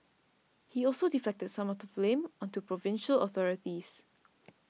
he also deflected some of the blame onto provincial authorities